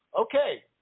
Okay